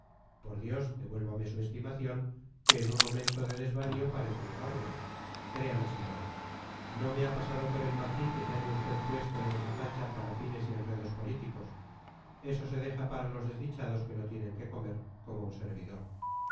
por dios devuélvame su estimación que en un momento de desvarío parece negarme créame señor no me ha pasado por el magín que se haya usted puesto en esa facha para fines y enredos políticos eso se deja para los desdichados que no tienen qué comer como un servidor